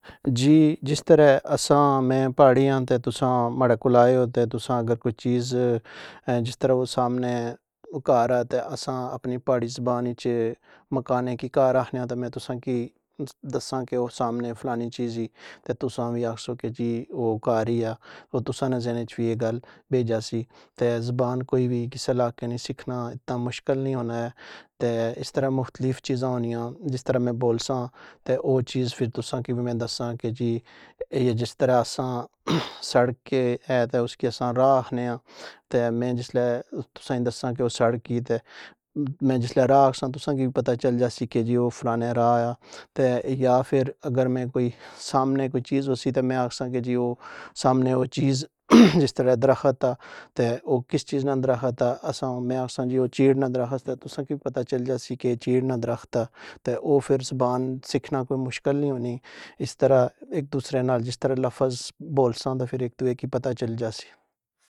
جی! جس طرح آں، میں پہاڑی آں، تے ماڑے کول آے ہو تے تساں اگر کوئی چیز اے جس طرح او کھر اے تے آسا ں اپنی پہاڑی زبان اچ مکانِ کی کھر آخ نیا تے میں تساں کی دساں کے او سامنے فلاں چیز ای تساں وی آخی سخنو یو کے جی او کھر ای آ تساں نے ذہن اچ وی اے گل بج جاسی۔ تے زبان کوئی وی کسے علاقے دا سکھنا اتنا مشکل نی ہونا اے، تے اس طرح مختلف چیزاں ہونیاں، جس طرح میں بول ساں تے او چیز میں تساں کی وی دس ساں کے جی اے ای اے جس طرح آں اسساں سڑک کے نال کی اساں را آخنیا آں تے میں جس ویلے تساں کی دس ساں کی او سڑک ای تے میں جس ویلے را آخساں تے تساں کی وی سمجھ آ جاسی کے او را اے آ۔ یا فر تے کوئی سامنے کوئی چیز ہو سی تے میں آخساں کے جی او سامنے او چیز، جس طراں درخت آ، تے او کس طراں نا درخت آ۔ اسساں میں آخساں کی چیڑ نا درخت آ، تے تساں کی وی پتہ چل جاسی کے او چیڑ نا درخت آ۔ تے او پھر زبان سکھنا کوئی مشکل نی ہونی، اس طرح اک دستے نال جس طراں لفظ بولساں تے فر اے کی توئے پتہ چل جاسی۔